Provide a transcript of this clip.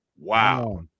Wow